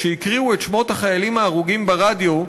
כשהקריאו את שמות החיילים ההרוגים ברדיו,